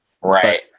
Right